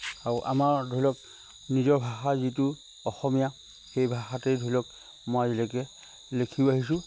আৰু আমাৰ ধৰি লওক নিজৰ ভাষা যিটো অসমীয়া সেই ভাষাতেই ধৰি লওক মই আজিলৈকে লিখি আহিছোঁ